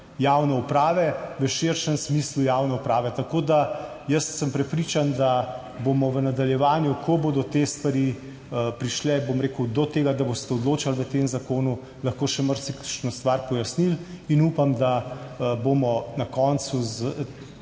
javne uprave, v širšem smislu javne uprave. Tako da, jaz sem prepričan, da bomo v nadaljevanju, ko bodo te stvari prišle, bom rekel, do tega, da boste odločali v tem zakonu, lahko še marsikakšno stvar pojasnili in upam, da bomo na koncu